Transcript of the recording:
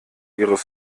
ihres